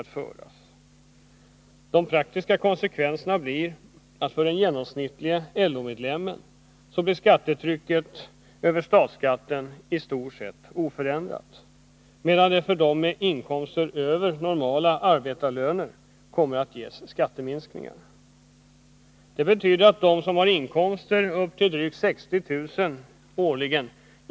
Dess praktiska konsekvenser blir att skattetrycket över statsskatten för den genomsnittlige LO-medlemmen blir i stort sett oförändrat, medan de med inkomster över normala arbetarlöner ges skatteminskningar. Det innebär att de som årligen har inkomster på upp till drygt 60 000 kr.